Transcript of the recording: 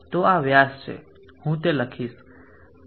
તો આ વ્યાસ છે હું તે લખીશ d